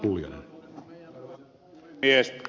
arvoisa puhemies